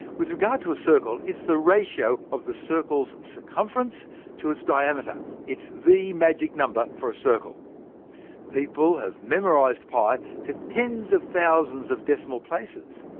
with regard to a circle, it's the ratio of the circle's circumference to its diameter it's the magic number for a circle people have memorised i ah to tens of thousands of decimal places,